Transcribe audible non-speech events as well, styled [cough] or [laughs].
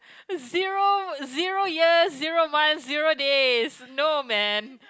[laughs] zero zero years zero months zero days no man